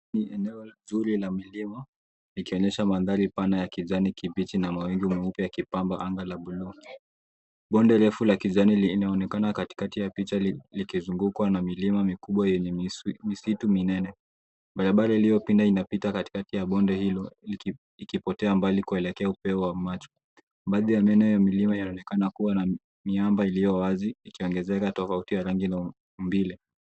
Ni eneo zuri la milima likionyesha mandhari pana ya kijani kibichi na mawingu meupe yakipamba anga la buluu. Bonde refu la kijani linaonekana katikati ya picha likizungukwa na milima mikubwa yenye misitu minene. Barabara iliyopinda inapita katikati ya bonde hilo likipotea mbali kuelekea upeo wa macho. Baadhi ya maeneo ya milima yanaonekana kuwa na miamba iliyo wazi ikiongezea tofauti na rangi ya maumbile.